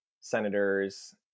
senators